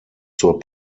zur